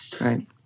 Right